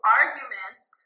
arguments